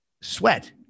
sweat